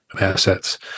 assets